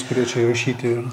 kur jie čia įrašyti yra